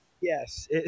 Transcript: Yes